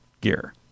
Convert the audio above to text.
gear